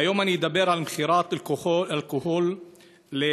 היום אני אדבר על מכירת אלכוהול לקטינים.